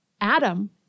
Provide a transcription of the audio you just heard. Adam